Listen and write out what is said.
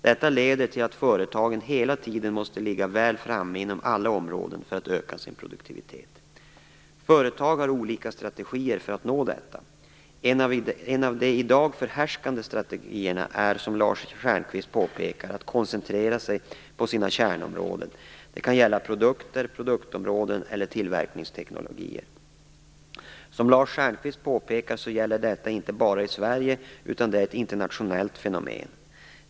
Detta leder till att företagen hela tiden måste ligga väl framme inom alla områden för att öka sin produktivitet. Företag har olika strategier för att uppnå detta. En av de i dag förhärskande strategierna är, som Lars Stjernkvist påpekar, att koncentrera sig på sina kärnområden - det kan gälla produkter, produktområden eller tillverkningsteknologier. Som Lars Stjernkvist påpekar gäller detta inte bara i Sverige, utan det är ett internationellt fenomen.